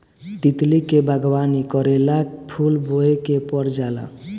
तितली के बागवानी करेला फूल बोए के पर जाला